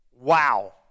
Wow